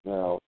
Now